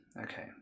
Okay